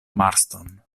marston